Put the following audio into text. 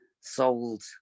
sold